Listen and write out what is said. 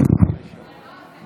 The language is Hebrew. חמש שעות.